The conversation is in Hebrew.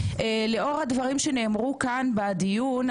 לאור הדברים שנאמרו כאן בדיון,